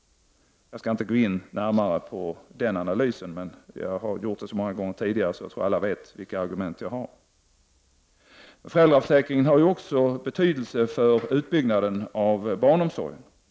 Jag skall inte gå in närmare på den analysen; det har jag gjort så många gånger tidigare att jag tror alla känner till mina argument. Föräldraförsäkringen har också betydelse för utbyggnaden av barnomsorgen.